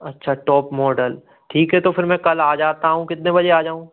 अच्छा top model ठीक है तो फिर मैं कल आ जाता हूँ कितने बजे आ जाऊँ